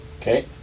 Okay